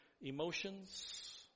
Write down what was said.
emotions